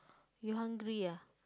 you hungry ah